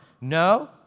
No